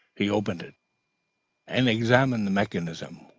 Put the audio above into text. he opened it and examined the mechanism,